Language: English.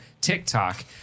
TikTok